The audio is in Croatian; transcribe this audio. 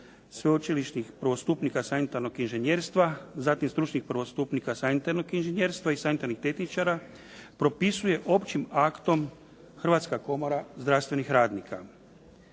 sveučilišnih prvostupnika sanitarnog inženjerstva, zatim stručnih prvostupnika sanitarnog inženjerstva i sanitarnih tehničara propisuje općim aktom Hrvatska komora zdravstvenih radnika.